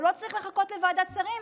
הוא לא צריך לחכות לוועדת שרים,